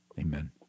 Amen